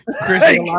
Chris